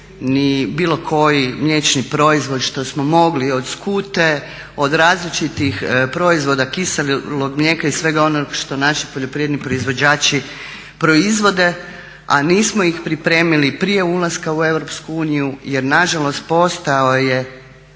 ni bilo koji mliječni proizvod što smo mogli od skute, od različitih proizvoda, kiselog mlijeka i svega onog što naši poljoprivredni proizvođači proizvode. A nismo ih pripremili prije ulaska u EU jer nažalost postojao je